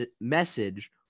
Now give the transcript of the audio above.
message